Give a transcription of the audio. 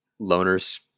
loners